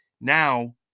Now